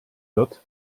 wird